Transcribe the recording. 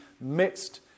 mixed